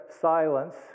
silence